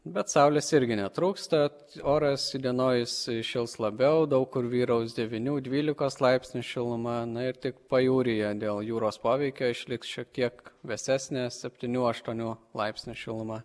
bet saulės irgi netrūksta oras įdienojus šils labiau daug kur vyraus devynių dvylikos laipsnių šiluma na ir tik pajūryje dėl jūros poveikio išliks šiek tiek vėsesnė septynių aštuonių laipsnių šiluma